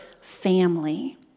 family